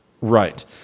Right